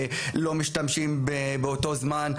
ולא משתמשים באותו זמן,